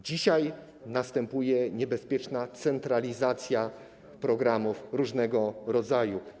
Dzisiaj następuje niebezpieczna centralizacja programów różnego rodzaju.